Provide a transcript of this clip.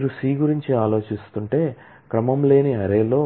మీరు C గురించి ఆలోచిస్తుంటే క్రమం లేని అర్రే లో